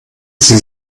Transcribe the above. sie